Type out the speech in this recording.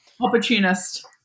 opportunist